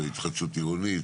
התחדשות עירונית,